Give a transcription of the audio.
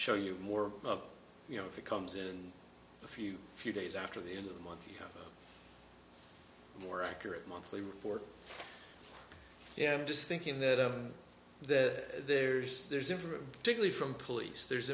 show you more of you know if it comes in a few few days after the end of the month more accurate monthly report yeah i'm just thinking that that there's there's a degree from police there's